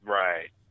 right